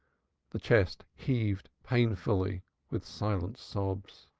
the chest heaved painfully with silent sobs.